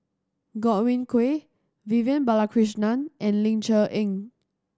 Godwin Koay Vivian Balakrishnan and Ling Cher Eng